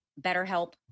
BetterHelp